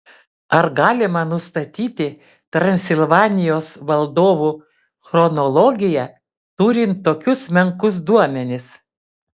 ar galima nustatyti transilvanijos valdovų chronologiją turint tokius menkus duomenis